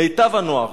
מיטב הנוער,